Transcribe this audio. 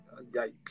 Yikes